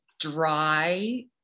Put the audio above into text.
dry